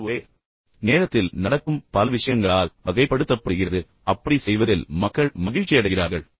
எனவே இது ஒரே நேரத்தில் நடக்கும் பல விஷயங்களால் வகைப்படுத்தப்படுகிறது ஒரே நேரத்தில் பல விஷயங்களைச் செய்வதில் மக்கள் மகிழ்ச்சியடைகிறார்கள்